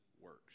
works